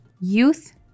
youth